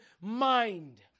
mind